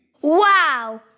Wow